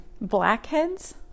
blackheads